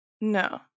No